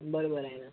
बरोबर आहे ना